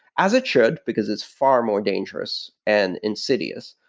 as it should, because it's far more dangerous and insidious.